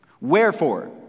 wherefore